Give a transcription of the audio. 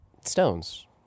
Stones